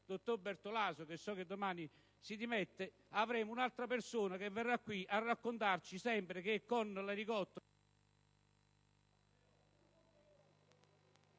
dottor Bertolaso (che domani lascerà), ma un'altra persona, che verrà qui a raccontarci sempre che con l'elicottero ...